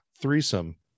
threesome